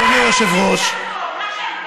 אדוני היושב-ראש,